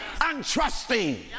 untrusting